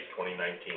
2019